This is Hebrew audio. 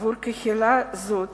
עבור קהילה זאת